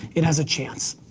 it has a chance.